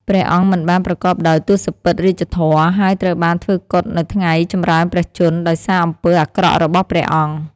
ព្រះអង្គមិនបានប្រកបដោយទសពិធរាជធម៌ ហើយត្រូវបានធ្វើគុតនៅថ្ងៃចម្រើនព្រះជន្ម ដោយសារអំពើអាក្រក់របស់ព្រះអង្គ។